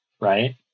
right